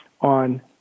on